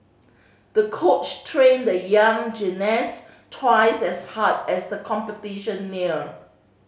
the coach trained the young gymnast twice as hard as the competition neared